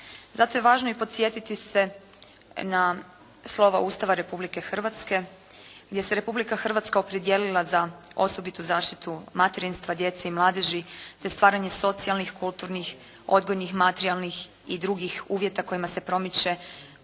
Zato je važno i podsjetiti se na slova Ustava Republike Hrvatske gdje se Republika Hrvatska opredijelila za osobitu zaštitu materinstva djece i mladeži, te stvaranje socijalnih, kulturnih, odgojnih, materijalnih i drugih uvjeta kojima se promiče